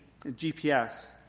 gps